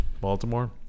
Baltimore